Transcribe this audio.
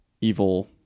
evil